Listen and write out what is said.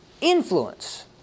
influence